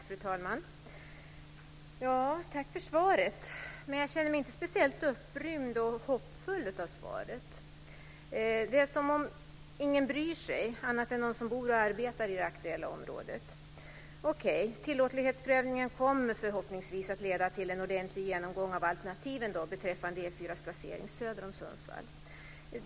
Fru talman! Tack för svaret. Men jag känner mig inte speciellt upprymd och hoppfull av svaret. Det är som om ingen bryr sig, annat än de som bor och arbetar i det aktuella området. Okej, tillåtlighetsprövningen kommer förhoppningsvis att leda till en ordentlig genomgång av alternativen beträffande E 4:ans placering söder om Sundsvall.